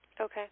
Okay